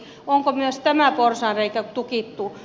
onko myös tämä porsaanreikä tukittu